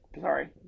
sorry